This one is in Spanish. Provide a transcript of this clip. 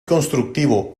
constructivo